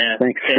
Thanks